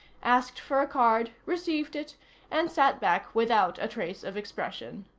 asked for a card, received it and sat back without a trace of expression.